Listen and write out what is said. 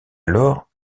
alors